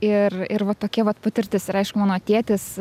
ir ir va tokia vat patirtis ir aišku mano tėtis